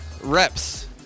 Reps